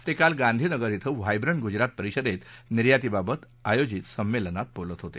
ते काल गांधीनगर क्षे व्हायव्रंट गुजरात परिषदेत निर्यातीबाबत आयोजित संमेलनात बोलत होते